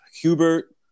Hubert